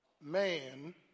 man